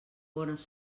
bones